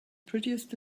prettiest